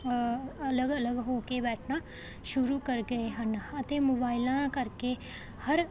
ਅਲੱਗ ਅਲੱਗ ਹੋ ਕੇ ਬੈਠਣਾ ਸ਼ੁਰੂ ਕਰ ਗਏ ਹਨ ਅਤੇ ਮੋਬਾਈਲਾਂ ਕਰਕੇ ਹਰ